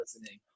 listening